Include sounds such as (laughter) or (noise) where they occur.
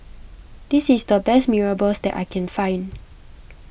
this is the best Mee Rebus that I can find (noise)